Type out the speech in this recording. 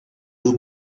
will